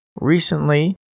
Recently